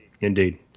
indeed